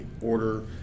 order